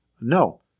No